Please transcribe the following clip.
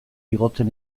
igotzen